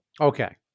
Okay